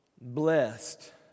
Blessed